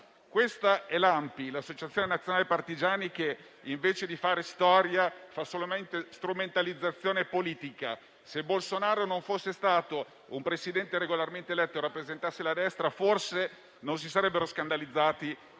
Questa è l'Associazione nazionale partigiani d'Italia che, invece di fare storia, fa solamente strumentalizzazione politica. Se Bolsonaro non fosse stato un presidente regolarmente eletto e non rappresentasse la destra, forse non si sarebbero scandalizzati